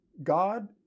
God